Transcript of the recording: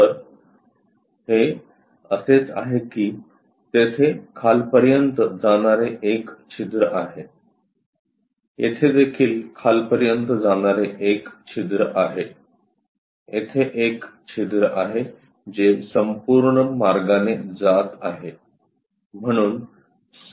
तर हे असेच आहे की तेथे खालपर्यंत जाणारे एक छिद्र आहे येथे देखील खालपर्यंत जाणारे एक छिद्र आहे येथे एक छिद्र आहे जे संपूर्ण मार्गाने जात आहे